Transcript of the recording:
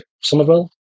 Somerville